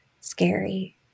scary